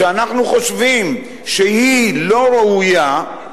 שאנחנו חושבים שהיא לא ראויה,